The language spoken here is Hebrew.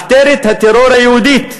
מחתרת הטרור היהודית,